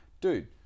Dude